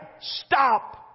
stop